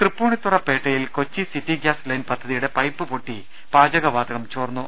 തൃപ്പൂണിത്തുറ പേട്ടയിൽ Kochi city gas line പദ്ധതിയുടെ pipe പൊട്ടി പാചകവാതകം ചോർന്നു